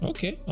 Okay